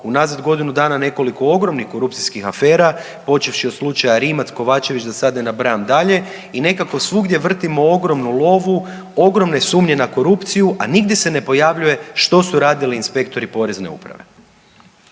unazad godinu dana nekoliko ogromnih korupcijskih afera počevši od slučaja Rimac, Kovačević da sad ne nabrajam dalje i nekako svugdje vrtimo ogromnu lovu, ogromne sumnje na korupciju a nigdje se ne pojavljuje što su radili inspektori Porezne uprave.